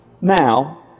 Now